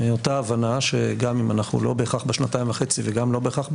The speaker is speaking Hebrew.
אותה הבנה שגם אם אנחנו לא בהכרח בשנתיים וחצי וגם לא בהכרח ב-11,